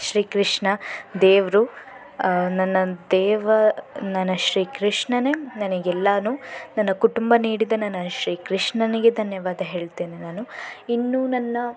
ಶ್ರೀಕೃಷ್ಣ ದೇವರು ನನ್ನ ದೇವ ನನ್ನ ಶ್ರೀಕೃಷ್ಣನೇ ನನಗೆಲ್ಲಾನೂ ನನ್ನ ಕುಟುಂಬ ನೀಡಿದ ನನ್ನ ಶ್ರೀಕೃಷ್ಣನಿಗೆ ಧನ್ಯವಾದ ಹೇಳ್ತೇನೆ ನಾನು ಇನ್ನೂ ನನ್ನ